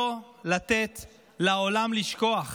לא לתת לעולם לשכוח